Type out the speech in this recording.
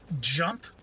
jump